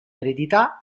eredità